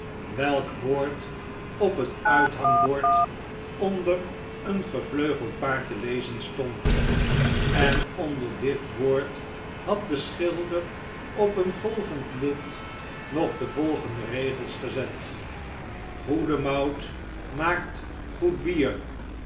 welk woord op het uithangbord onder een gevleugeld paard te lezen stond en onder dit woord had de schilder op een golvend lint nog de volgende regels gezet goode mout maakt good bier